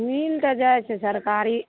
मिल तऽ जाइ छै सरकारी